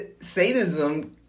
sadism